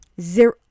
Zero